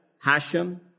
Hashem